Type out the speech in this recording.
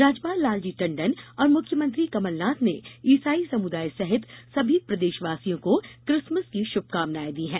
राज्यपाल लालजी टंडन और मुख्यमंत्री कैमलनाथ ने इसाई समुदाय सहित सभी प्रदेशवासियों को क्रिसमस की श्भकामनायें दी हैं